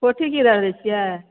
पोठी की दर दै छियै